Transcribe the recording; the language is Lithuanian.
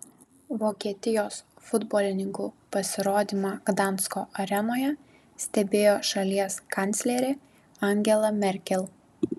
vokietijos futbolininkų pasirodymą gdansko arenoje stebėjo šalies kanclerė angela merkel